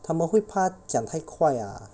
他们会怕讲讲太快 ah